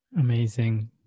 Amazing